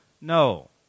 no